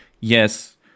yes